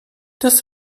das